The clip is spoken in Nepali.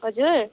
हजुर